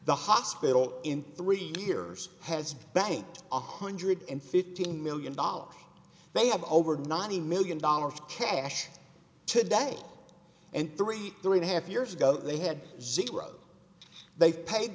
the hospital in three years has banked one hundred and fifty million dollars they have over ninety million dollars cash today and three three and a half years ago they had zero they paid